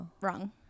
wrong